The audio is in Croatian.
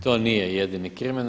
To nije jedini krimen.